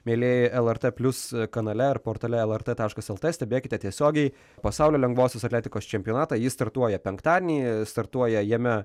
mielieji lrt plius kanale ar portale lrt taškas lt stebėkite tiesiogiai pasaulio lengvosios atletikos čempionatą jis startuoja penktadienį startuoja jame